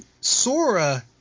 Sora